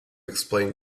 explain